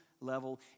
level